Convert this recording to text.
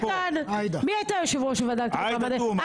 עאידה תומא.